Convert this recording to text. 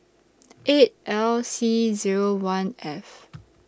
eight L C Zero one F